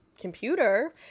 computer